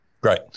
Great